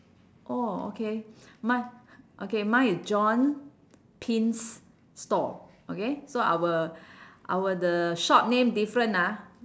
orh okay mi~ okay mine is john pin's store okay so our our the shop name different ah